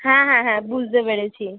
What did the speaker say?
হ্যাঁ হ্যাঁ হ্যাঁ বুঝতে পেরেছি